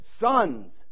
sons